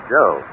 Joe